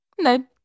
No